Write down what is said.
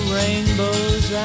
rainbows